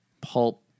pulp